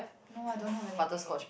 no I don't have a nickname